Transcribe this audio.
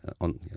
on